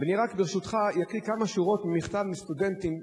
ואני רק, ברשותך, אקריא כמה שורות ממכתב מסטודנטית